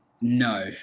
No